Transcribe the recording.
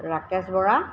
Rakesh Bora